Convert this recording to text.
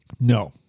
No